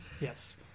yes